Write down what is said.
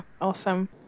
awesome